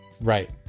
right